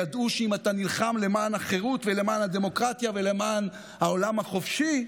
ידעו שאם אתה נלחם למען החירות ולמען הדמוקרטיה ולמען העולם החופשי,